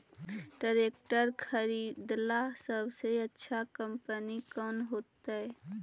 Tractor खरीदेला सबसे अच्छा कंपनी कौन होतई?